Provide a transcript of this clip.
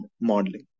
modeling